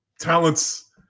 Talents